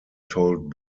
told